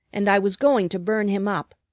and i was going to burn him up.